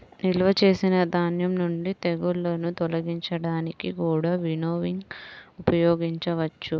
నిల్వ చేసిన ధాన్యం నుండి తెగుళ్ళను తొలగించడానికి కూడా వినోవింగ్ ఉపయోగించవచ్చు